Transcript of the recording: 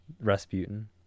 Rasputin